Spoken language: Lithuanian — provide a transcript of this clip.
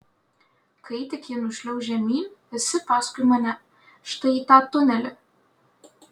kai tik ji nušliauš žemyn visi paskui mane štai į tą tunelį